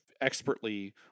expertly